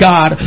God